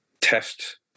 test